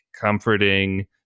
comforting